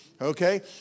Okay